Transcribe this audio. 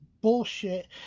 bullshit